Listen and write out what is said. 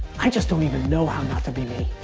i just don't even know how not to be me.